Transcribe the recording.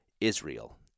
Israel